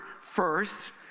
first